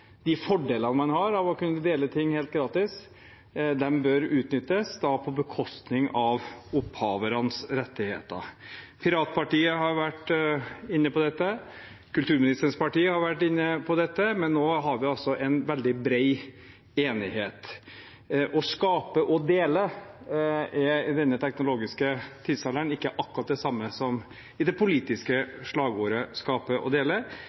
de fordelene man har av å kunne dele ting helt gratis, bør utnyttes, da på bekostning av opphavernes rettigheter. Piratpartiet har vært inne på dette, kulturministerens parti har vært inne på dette, men nå har vi altså en veldig bred enighet. Å skape og dele er i denne teknologiske tidsalderen ikke akkurat det samme som i det politiske slagordet om å skape og dele